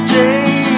day